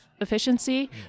efficiency